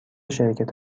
شرکت